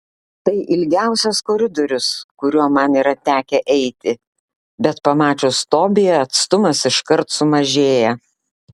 tai ilgiausias koridorius kuriuo man yra tekę eiti bet pamačius tobiją atstumas iškart sumažėja